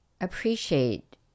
appreciate